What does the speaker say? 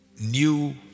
new